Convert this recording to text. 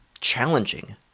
challenging